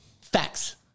Facts